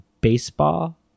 Baseball